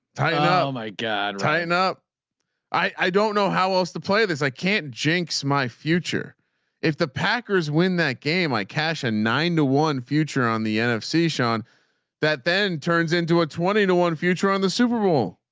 oh my god tighten up i don't know how else to play this i can't jinx my future if the packers win that game i cash a nine to one future on the nfc sean that then turns into a twenty to one future on the super bowl